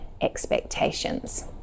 expectations